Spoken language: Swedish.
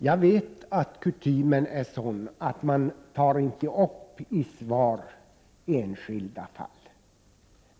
Fru talman! Jag vet att kutymen är sådan att man i svar inte tar upp enskilda fall.